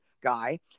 guy